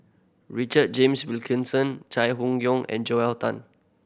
Richard James Wilkinson Chai Hon Yoong and Joel Tan